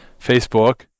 facebook